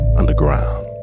underground